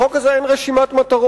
בחוק הזה אין רשימת מטרות.